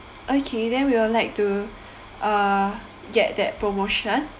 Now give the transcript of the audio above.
okay then we will like to uh get that promotion